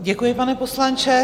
Děkuji, pane poslanče.